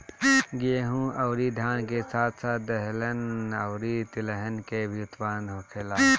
गेहूं अउरी धान के साथ साथ दहलन अउरी तिलहन के भी उत्पादन होखेला